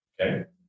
Okay